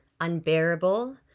unbearable